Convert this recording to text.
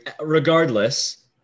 Regardless –